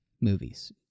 movies